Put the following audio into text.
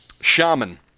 shaman